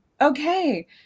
okay